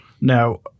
Now